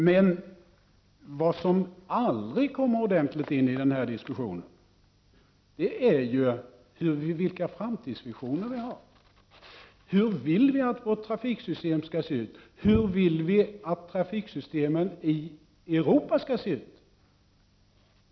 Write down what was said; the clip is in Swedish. Men vad som aldrig kommer ordentligt in i den här diskussionen är ju vilka framtidsvisioner vi har. Hur vill vi att vårt trafiksystem skall se ut? Hur vill vi att trafiksystemen i Europa skall se ut?